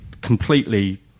completely